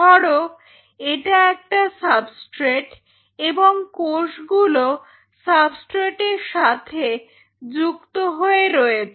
ধরো এটা একটা সাবস্ট্রেট এবং কোষগুলো সাবস্ট্রেট এর সাথে যুক্ত হয়ে রয়েছে